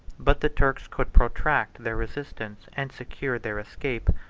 but the turks could protract their resistance and secure their escape,